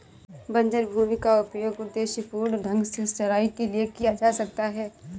बंजर भूमि का उपयोग उद्देश्यपूर्ण ढंग से चराई के लिए किया जा सकता है